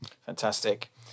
fantastic